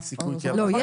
לא.